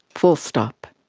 full-stop.